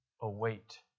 await